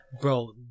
Bro